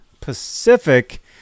Pacific